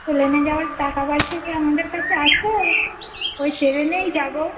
প্লেনে যাওয়ার টাকা পয়সা কি আমাদের কাছে আছে ওই ট্রেনেই যাব